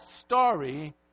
story